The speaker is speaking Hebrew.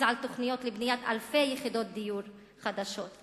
על תוכניות לבניית אלפי יחידות דיור חדשות.